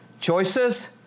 Choices